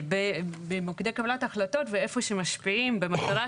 במוקדי קבלת ההחלטות ואיפה שמשפיעים במטרה